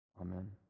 Amen